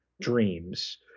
dreams